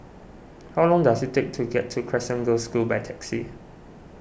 how long does it take to get to Crescent Girls' School by taxi